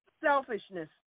selfishness